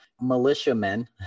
militiamen